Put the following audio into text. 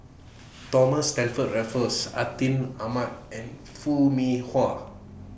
Thomas Stamford Raffles Atin Amat and Foo Mee Hua